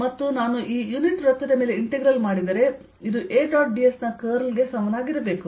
ಮತ್ತು ನಾನು ಈ ಯುನಿಟ್ ವೃತ್ತದ ಮೇಲೆ ಇಂಟಿಗ್ರಲ್ ಮಾಡಿದರೆ ಇದು A ಡಾಟ್ ds ನ ಕರ್ಲ್ ಗೆ ಸಮನಾಗಿರಬೇಕು